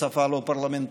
בשפה לא פרלמנטרית,